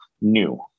new